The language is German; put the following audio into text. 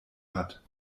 hat